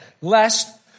Lest